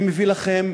אני מביא לכם